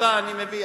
אותה אני מביא,